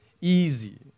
easy